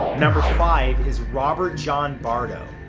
number five is robert john bardo.